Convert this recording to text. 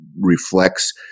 reflects